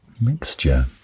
Mixture